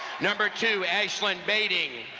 number two, ashlyn badding.